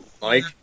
Mike